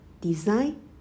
design